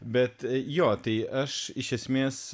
bet jo tai aš iš esmės